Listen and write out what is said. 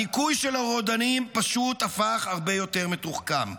הדיכוי של הרודנים פשוט הפך הרבה יותר מתוחכם.